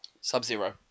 Sub-Zero